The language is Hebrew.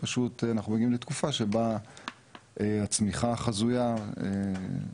אנחנו פשוט מגיעים לתקופה שבה הצמיחה החזויה של מדינת ישראל